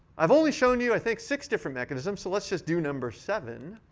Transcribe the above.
i've only shown you, i think, six different mechanism, so let's just do number seven.